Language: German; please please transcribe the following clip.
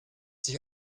sich